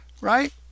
right